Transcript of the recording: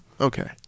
okay